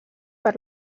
per